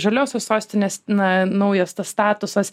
žaliosios sostinės na naujas statusas